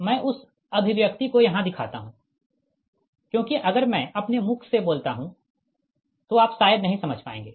मैं उस अभिव्यक्ति को यहाँ दिखाता हूँ क्योंकि अगर मैं अपने मुख से बोलता हूँ तो आप शायद नही समझ पाएँगे